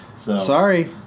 Sorry